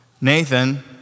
Nathan